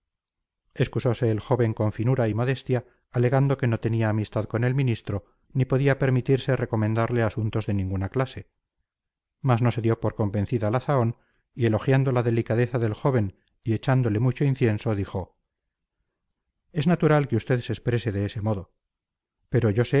interés excusose el joven con finura y modestia alegando que no tenía amistad con el ministro ni podía permitirse recomendarle asuntos de ninguna clase mas no se dio por convencida la zahón y elogiando la delicadeza del joven y echándole mucho incienso dijo es natural que usted se exprese de ese modo pero yo sé